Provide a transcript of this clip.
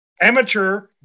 Amateur